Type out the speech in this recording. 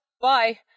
bye